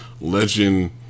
legend